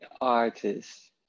artists